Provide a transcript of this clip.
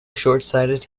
shortsighted